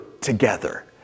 together